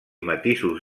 matisos